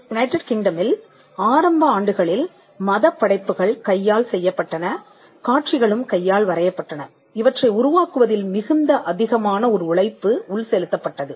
United Kingdom இல் ஆரம்ப ஆண்டுகளில் மத படைப்புகள் கையால் செய்யப்பட்டனகாட்சிகளும் கையால் வரையப்பட்டன இவற்றை உருவாக்குவதில் மிகுந்த அதிகமான ஒரு உழைப்பு உள் செலுத்தப்பட்டது